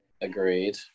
Agreed